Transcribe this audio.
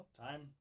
Time